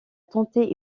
tenté